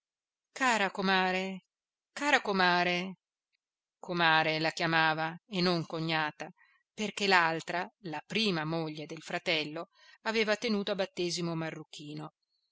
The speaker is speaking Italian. cara comare cara comare comare la chiamava e non cognata perché l'altra la prima moglie del fratello aveva tenuto a battesimo marruchino